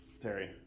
Terry